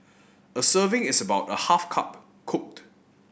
a serving is about a half cup cooked